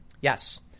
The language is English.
Yes